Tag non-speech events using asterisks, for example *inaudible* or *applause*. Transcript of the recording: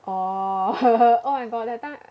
orh *laughs* oh my god that time I